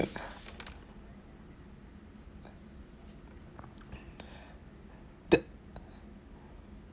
the